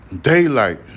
daylight